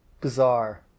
bizarre